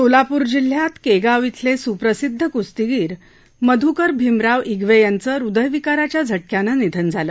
सोलापूर जिल्ह्यात केगाव इथले सप्रसिदध कस्तीगीर मधूकर भीमराव इगवे यांचं हदविकाराच्या झटक्यानं निधन झालं